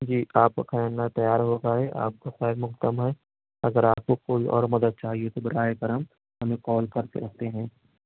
جی آپ کا کھانا تیار ہو گیا ہے آپ کا خیر مقدم ہے اگر آپ کو کوئی اور مدد چاہیے تو براہ کرم ہمیں کال کر سکتے ہیں